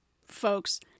folks